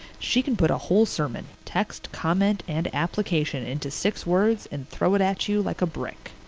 she can put a whole sermon, text, comment, and application, into six words, and throw it at you like a brick.